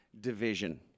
division